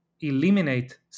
eliminate